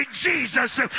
Jesus